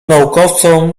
naukowcom